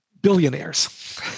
billionaires